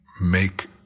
make